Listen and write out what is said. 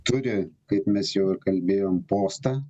turi kaip mes jau ir kalbėjom postą